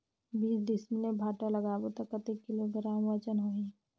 बीस डिसमिल मे भांटा लगाबो ता कतेक किलोग्राम वजन होही?